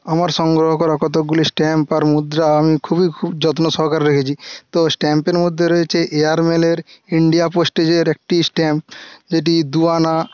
আমার সংগ্রহ করা কতকগুলি স্ট্যাম্প আর মুদ্রা আমি খুবই যত্ন সহকারে রেখেছি তো স্ট্যাম্পের মধ্যে রয়েছে এয়ার মেলের ইন্ডিয়া পোস্টেজের একটি স্ট্যাম্প যেটি দুআনা